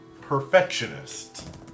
Perfectionist